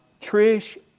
Trish